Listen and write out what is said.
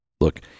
Look